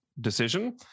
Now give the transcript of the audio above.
decision